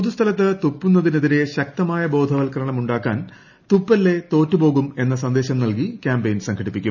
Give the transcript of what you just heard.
പൊതുസ്ഥലത്ത് തുപ്പുന്നതിനെതിരെ ശക്തമായ ബോധവത്ക്കരണമുണ്ടാക്കാൻ തുപ്പല്ലേ തോറ്റ്റൂപോകും എന്ന സന്ദേശം നൽകി ക്യാമ്പെയിൻ സംഘടിപ്പിക്കും